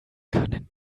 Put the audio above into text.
können